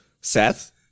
Seth